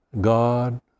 God